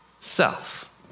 self